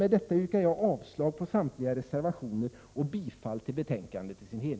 Med detta yrkar jag avslag på samtliga reservationer och bifall till utskottets hemställan.